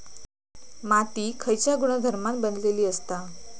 माती खयच्या गुणधर्मान बनलेली असता?